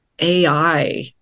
AI